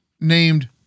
named